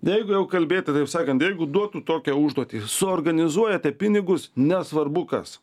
jeigu jau kalbėt taip sakant jeigu duotų tokią užduotį suorganizuojate pinigus nesvarbu kas